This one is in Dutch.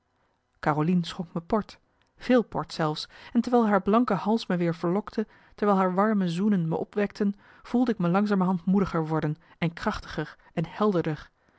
schonk me port veel port zelfs en terwijl haar blanke hals me weer verlokte terwijl haar warme zoenen me opwekten voelde ik me langzamerhand moediger worden en krachtiger en helderder